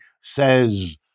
says